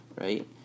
right